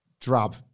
drab